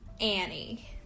Annie